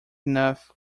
enough